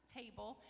table